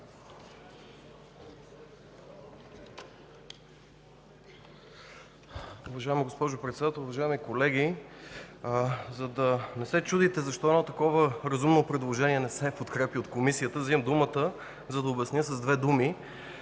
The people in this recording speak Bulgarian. Уважаема госпожо Председател, уважаеми колеги! За да не се чудите защо едно такова разумно предложение не се подкрепя от Комисията, взимам думата за да обясня с две думи.